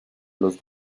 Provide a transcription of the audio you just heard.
los